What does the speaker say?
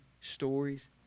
stories